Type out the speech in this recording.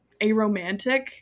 aromantic